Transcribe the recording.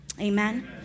Amen